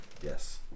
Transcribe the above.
Yes